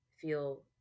Feel